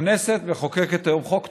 הכנסת מחוקקת היום חוק טוב,